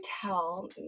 tell